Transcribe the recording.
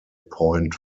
point